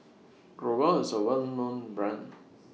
Growell IS A Well known Brand